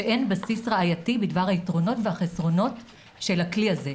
שם נכתב במפורש שאין בסיס ראייתי בדבר היתרונות והחסרונות של הכלי הזה.